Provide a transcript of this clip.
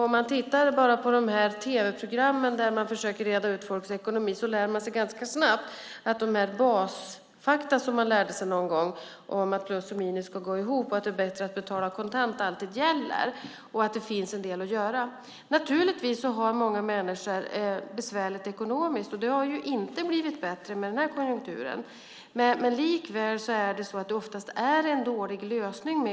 Om man tittar på de tv-program där man försöker reda ut folks ekonomi lär man sig ganska snabbt att de basfakta som man lärde sig någon gång om att plus och minus ska gå ihop och att det är bättre att betala kontant alltid gäller. Det finns en del att göra här. Många människor har det besvärligt ekonomiskt. Det har inte blivit bättre med den här konjunkturen. Men de här snabba lånen är oftast en dålig lösning.